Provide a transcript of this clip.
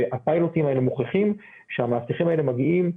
והפיילוטים האלה מוכיחים שהמאבטחים האלה מגיעים,